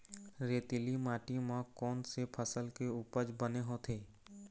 रेतीली माटी म कोन से फसल के उपज बने होथे?